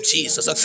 Jesus